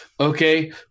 okay